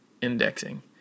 indexing